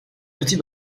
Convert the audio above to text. petit